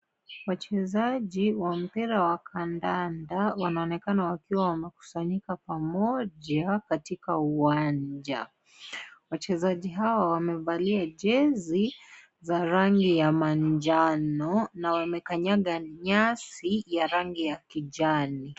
Wachezaji wa mpira wa kandanda wanaonekana wakiwa wamekusanyika pamoja katika uwanja. Wachezaji hawa wamevalia jezi za rangi ya majano na wamekanyanga nyasi ya rangi ya kijani.